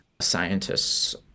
scientists